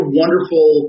wonderful